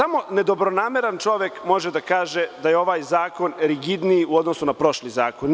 Samo nedobronameran čovek može da kaže da je ovaj zakon rigidniji u odnosu na prošli zakon.